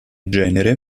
genere